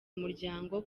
umuryango